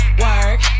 work